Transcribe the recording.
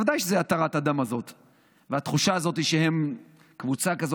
בוודאי שזאת התרת הדם ותחושה שהם קבוצה כזאת